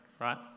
right